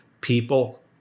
people